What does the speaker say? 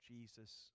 Jesus